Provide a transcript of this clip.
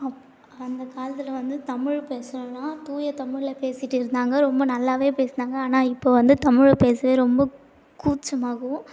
அப் அந்த காலத்தில் வந்து தமிழ் பேசுறதுன்னா தூய தமிழில் பேசிகிட்டு இருந்தாங்க ரொம்ப நல்லாவே பேசினாங்க ஆனால் இப்போ வந்து தமிழை பேசவே ரொம்ப கூச்சமாகவும்